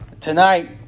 tonight